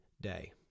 day